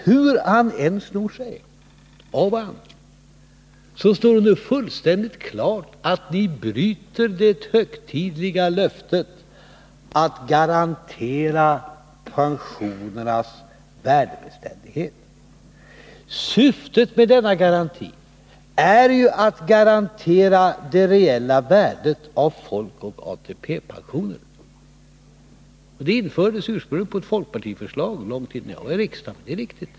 Hur han än snor sig av och an, så står det nu fullständigt klart att ni bryter det högtidliga löftet att garantera pensionernas värdebeständighet. Syftet med denna garanti är ju att säkerställa det reella värdet av folkoch ATP-pensionerna. De infördes ursprungligen på folkpartiets förslag, långt innan jag kom in i riksdagen — det är riktigt.